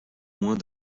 moins